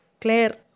Claire